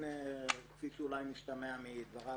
כפי שאולי משתמע מדבריו,